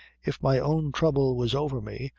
if my own throuble was over me,